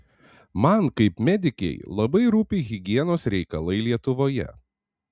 man kaip medikei labai rūpi higienos reikalai lietuvoje